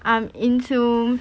I'm into